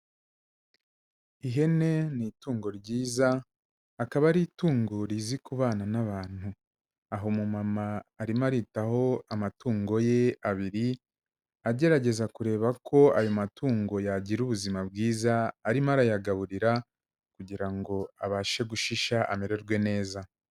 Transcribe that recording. Ihene ni itungo ryiza, akaba ari itungo rizi kubana n'abantu, aha umumama arimo aritaho amatungo ye abiri, agerageza kureba ko ayo matungo yagira ubuzima bwiza, arimo arayagaburira kugira ngo abashe gushisha, amererwe neza.